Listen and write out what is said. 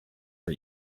for